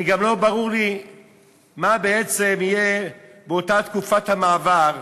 גם לא ברור לי מה בעצם יהיה באותה תקופת מעבר,